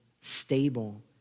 stable